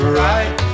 right